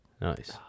Nice